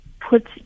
put